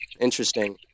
Interesting